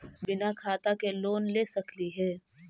बिना खाता के लोन ले सकली हे?